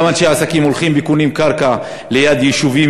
אותם אנשי עסקים הולכים וקונים קרקע ליד יישובים